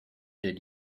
did